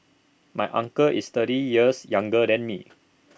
my uncle is thirty years younger than me